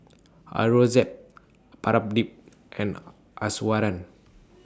Aurangzeb Pradip and Iswaran